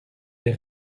les